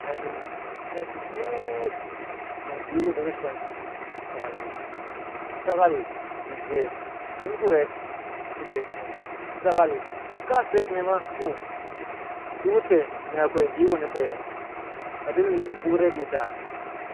A ni met weet membii ku ɗika shwan yi sakal ɗi cin. Sakal ɗi jee. Shum ku ret ɗi kye muw. Sakal ku kaa set ni ma ku ɗiku te ni a kwee mbii kuni pee, pe ɗi nji ku retyit aa?